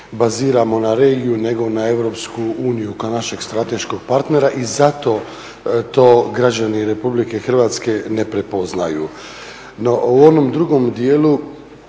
baziramo na regiju nego na EU kao našeg strateškog partnera i zato to građani RH ne prepoznaju. No u onom drugom dijelu